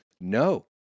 No